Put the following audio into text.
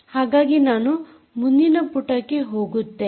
ಹಾಗಾಗಿ ನಾನು ಮುಂದಿನ ಪುಟಕ್ಕೆ ಹೋಗುತ್ತೇನೆ